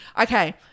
Okay